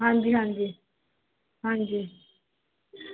ਹਾਂਜੀ ਹਾਂਜੀ ਹਾਂਜੀ